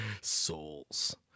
Souls